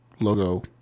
logo